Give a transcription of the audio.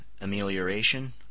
amelioration